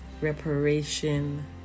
reparation